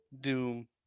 doom